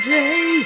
day